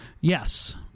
Yes